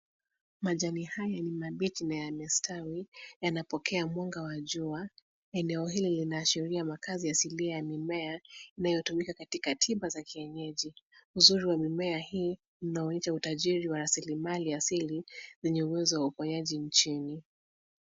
Majani hayo ni mabichi na yamestawi. Yanapokea mwanga wa jua. Eneo hili linaashiria makazi ya asilia ya mimea inayotumika katika tiba za kienyeji. Uzuri wa mimea hii, unaonyesha utajiri wa rasilimali asili, zenye uwezo wa uponyaji nchini.